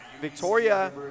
Victoria